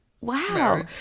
Wow